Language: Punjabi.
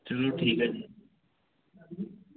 ਚਲੋ ਠੀਕ ਆ ਜੀ